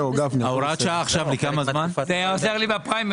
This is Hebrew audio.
לכמה זמן הוראת שעה?